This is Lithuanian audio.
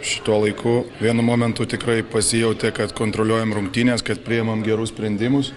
šituo laiku vienu momentu tikrai pasijautė kad kontroliuojam rungtynes kad priimam gerus sprendimus